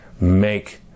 make